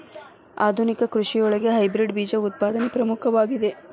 ಆಧುನಿಕ ಕೃಷಿಯೊಳಗ ಹೈಬ್ರಿಡ್ ಬೇಜ ಉತ್ಪಾದನೆ ಪ್ರಮುಖವಾಗಿದೆ